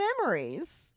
memories